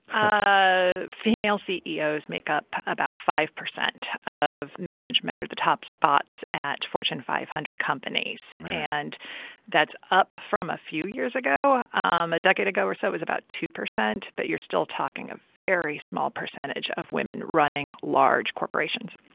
ah female ceos make up about five percent of management or the top spots at fortune five hundred companies and that's up from a few years ago. um a decade ago or so it was about two percent, but you're still talking a very small percentage of women running large corporations.